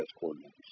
coordinates